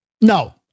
No